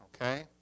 okay